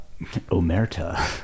Omerta